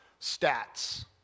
stats